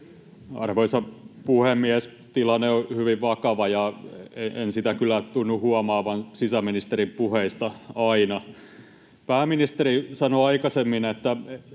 Arvoisa puhemies! Tilanne on hyvin vakava, ja en sitä kyllä tunnu huomaavan sisäministerin puheista aina. Pääministeri sanoi aikaisemmin, että